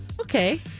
Okay